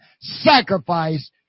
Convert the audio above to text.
sacrifice